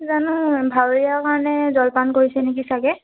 জানো ভাৱৰীয়াৰ কাৰণে জলপান কৰিছে নেকি চাগে